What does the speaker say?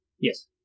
Yes